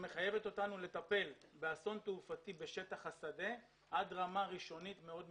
שמחייבת אותנו לטפל באסון תעופתי בשטח השדה עד רמה ראשונית מאוד מסוימת.